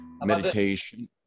meditation